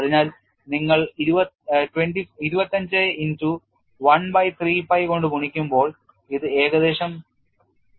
അതിനാൽ നിങ്ങൾ 25 into 1 by 3 pi കൊണ്ട് ഗുണിക്കുമ്പോൾ ഇത് ഏകദേശം 2